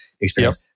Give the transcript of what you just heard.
experience